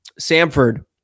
Samford